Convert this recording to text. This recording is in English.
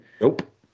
Nope